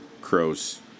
crows